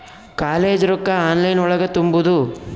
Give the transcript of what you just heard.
College ರೊಕ್ಕ online ಒಳಗ ತುಂಬುದು?